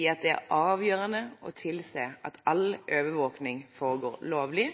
i at det er avgjørende å tilse at all overvåking foregår lovlig,